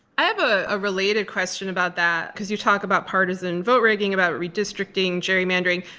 i have a ah related question about that, because you talk about partisan vote-rigging, about redistricting, gerrymandering.